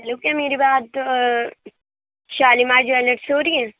hello کیا میری بات شالیمار جیولرس سے ہو رہی ہے